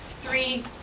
three